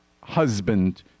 husband